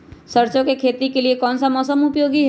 सरसो की खेती के लिए कौन सा मौसम उपयोगी है?